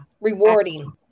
rewarding